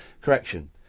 correction